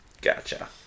Gotcha